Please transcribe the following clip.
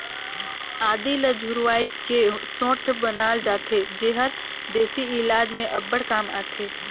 आदी ल झुरवाए के सोंठ बनाल जाथे जेहर देसी इलाज में अब्बड़ काम आथे